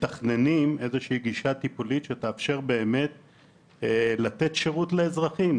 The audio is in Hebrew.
מתכננים איזושהי גישה טיפולית שתאפשר באמת לתת שירות לאזרחים.